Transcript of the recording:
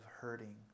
hurting